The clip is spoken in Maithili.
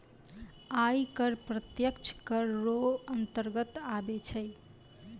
आय कर प्रत्यक्ष कर रो अंतर्गत आबै छै